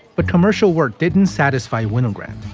but commercial work didn't satisfy winogrand.